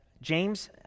James